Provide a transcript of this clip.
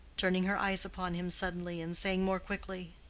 turning her eyes upon him suddenly, and saying more quickly,